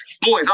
Boys